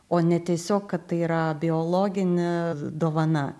o ne tiesiog kad tai yra biologinė dovana